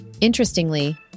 Interestingly